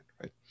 right